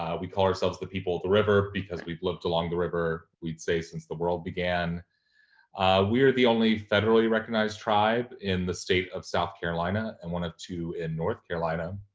ah we call ourself the people of the river because we've lived along the river, we'd say, since the world began the only federally recognized tribe in the state of south carolina, and one of two in north carolina.